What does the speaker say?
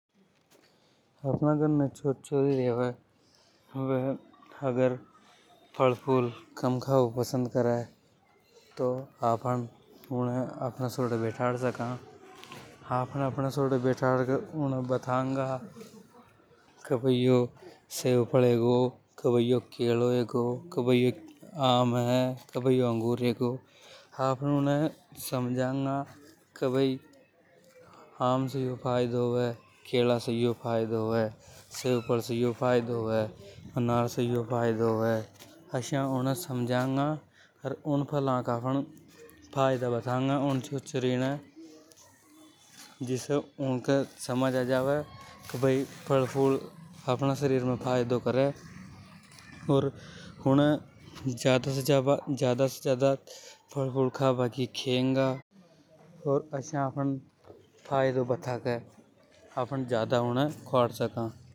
अपना घर ने छोरा छोरी रेवे अगर वे फल फूल ख़बो कम पसंद करे तो आपन उने अपने सोडे बेटाड। उने बांटेगा के यो सेवफल हेगो के यो केलो है। के भय यो अंगूर होगा उने भेहड़ के मसझांगा के भय आम से यो फायदों होवे केला से यो फायदों होवे ऑनर से यो फायदों होवे। आशय समझाऊंगा और उन का फायदा बतांगा। जिसे उन से समझ आ जागी के भय फल फूल अपना शरीर में फायदों करे और उने की ख़ेंगेला ओर आपन आसा फायदों बता के आपन ज्यादा उने क्वाड सका।